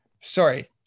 Sorry